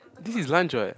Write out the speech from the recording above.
this is lunch [what]